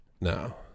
no